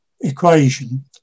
equation